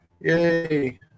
Yay